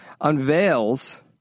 unveils